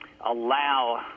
allow